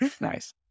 nice